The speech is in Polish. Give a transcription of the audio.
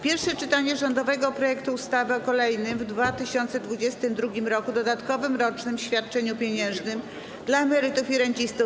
Pierwsze czytanie rządowego projektu ustawy o kolejnym w 2022 r. dodatkowym rocznym świadczeniu pieniężnym dla emerytów i rencistów.